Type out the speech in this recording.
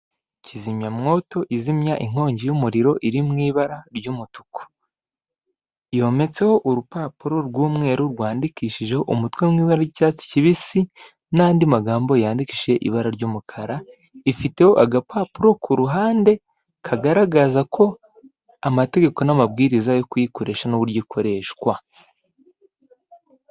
Kizimyamwoto izimya inkongi y'umuriro iri mu ibara ry'umutuku, yometseho urupapuro rw'umweru rwandikishijeho umutwe mu ibara ry'icyatsi kibisi, n'andi magambo yandikishije ibara ry'umukara, ifiteho agapapuro ku ruhande, kagaragaza ko amategeko n'amabwiriza yo kuyikoresha n'uburyo ikoreshwa.